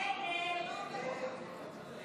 לא נתקבלה.